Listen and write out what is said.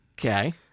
Okay